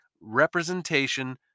representation